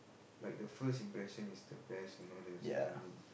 like the first impression is the best you know they will say something